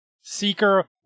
Seeker